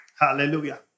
Hallelujah